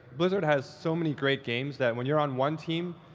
blizzard has so many great games that when you're on one team,